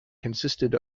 consisted